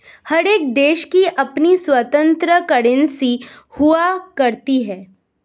हर एक देश की अपनी स्वतन्त्र करेंसी हुआ करती है